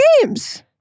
games